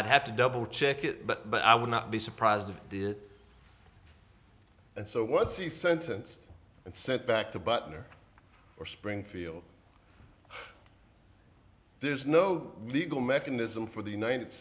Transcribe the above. i'd have to double check it but i would not be surprised if the and so what's the sentence and sent back to butner or springfield there's no legal mechanism for the united